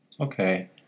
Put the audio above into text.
Okay